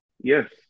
Yes